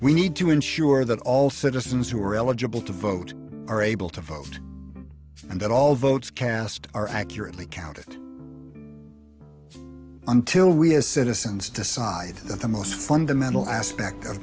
we need to ensure that all citizens who are eligible to vote are able to vote and that all votes cast are accurately counted until we as citizens decide that the most fundamental aspect of